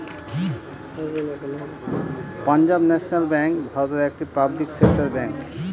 Punjab national bank ভারতের একটি public sector bank